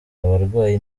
abarwayi